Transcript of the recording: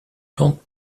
plante